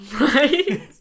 Right